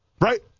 Right